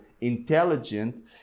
intelligent